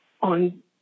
on